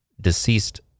deceased